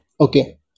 okay